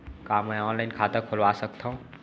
का मैं ऑनलाइन खाता खोलवा सकथव?